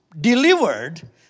delivered